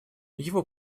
его